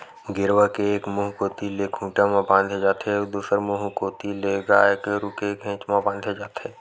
गेरवा के एक मुहूँ कोती ले खूंटा म बांधे जाथे अउ दूसर मुहूँ कोती ले गाय गरु के घेंच म बांधे जाथे